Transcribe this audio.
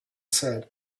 said